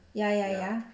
ya ya ya